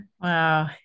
wow